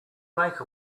make